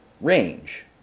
range